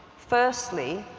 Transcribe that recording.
firstly,